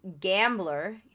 Gambler